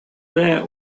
that